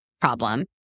problem